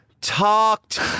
talked